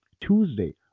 Tuesday